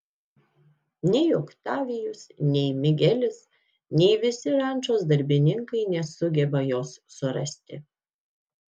nei oktavijus nei migelis nei visi rančos darbininkai nesugeba jos surasti